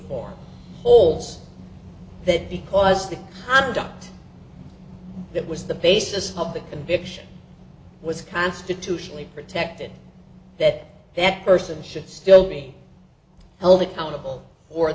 form holes that because the i'm ducked that was the basis of the conviction was constitutionally protected that that person should still be held accountable or